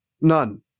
None